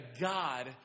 God